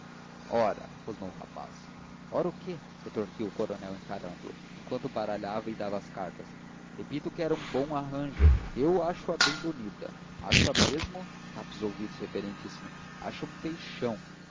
ora rosnou o rapaz ora quê retorquiu o coronel encarando-o enquanto baralhava e dava as cartas repito que era um bom arranjo eu acho-a bem bonita acho-a mesmo tape os ouvidos reverendíssimo acho-a um peixão